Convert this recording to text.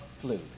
flu